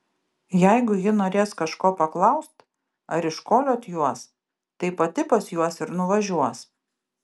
jeigu ji norės kažko paklaust ar iškoliot juos tai pati pas juos ir nuvažiuos